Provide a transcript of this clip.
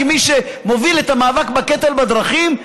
כמי שמוביל את המאבק בקטל בדרכים,